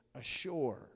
ashore